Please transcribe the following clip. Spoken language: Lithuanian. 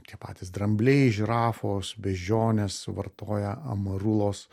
tie patys drambliai žirafos beždžionės vartoja amarulos